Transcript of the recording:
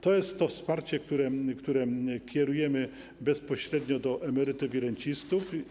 To jest to wsparcie, które kierujemy bezpośrednio do emerytów i rencistów.